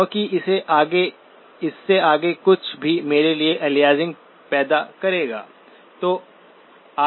क्योंकि इससे आगे कुछ भी मेरे लिए अलियासिंग पैदा करेगा